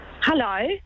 hello